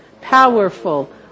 powerful